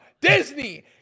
Disney